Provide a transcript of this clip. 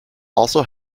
also